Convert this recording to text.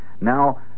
Now